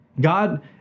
God